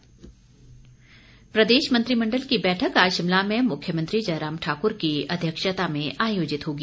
मंत्रिमंडल प्रदेश मंत्रिमंडल की बैठक आज शिमला में मुख्यमंत्री जयराम ठाकुर की अध्यक्षता में आयोजित होगी